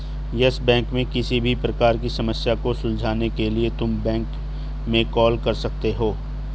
yes Bank में किसी भी प्रकार की समस्या को सुलझाने के लिए तुम बैंक में कॉल कर सकते हो